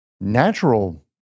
natural